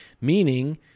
meaning